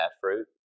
fruit